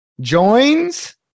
joins